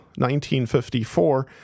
1954